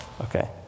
Okay